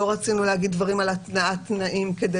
לא רצינו להגיד דברים על התנאת תנאים כדי